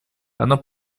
оно